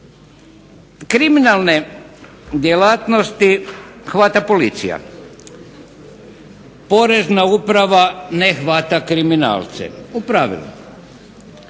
Kriminalne djelatnosti hvata policija. Porezna uprava ne hvata kriminalce u pravilu.